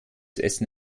essen